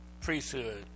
priesthood